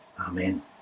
Amen